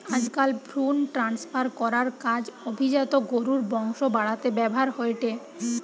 আজকাল ভ্রুন ট্রান্সফার করার কাজ অভিজাত গরুর বংশ বাড়াতে ব্যাভার হয়ঠে